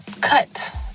Cut